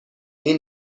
این